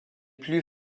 plus